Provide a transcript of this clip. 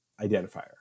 identifier